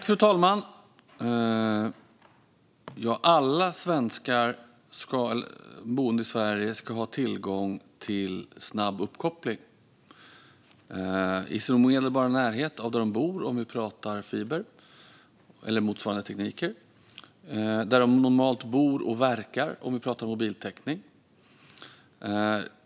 Fru talman! Alla boende i Sverige ska ha tillgång till snabb uppkoppling i den omedelbara närheten till där de bor om vi pratar fiber eller motsvarande tekniker, och där de normalt bor och verkar om vi pratar mobiltäckning.